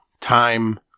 time